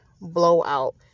blowout